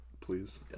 Please